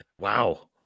Wow